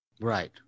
Right